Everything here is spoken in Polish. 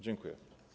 Dziękuję.